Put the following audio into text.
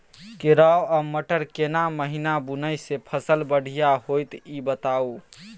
केराव आ मटर केना महिना बुनय से फसल बढ़िया होत ई बताबू?